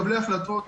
מקבלי ההחלטות,